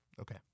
Okay